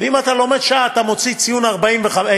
אם אתה לומד שעה אתה מוציא ציון 95,